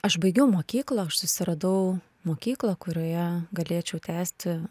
aš baigiau mokyklą aš susiradau mokyklą kurioje galėčiau tęsti